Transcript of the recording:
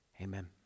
Amen